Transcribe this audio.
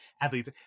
athletes